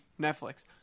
Netflix